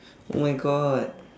oh my god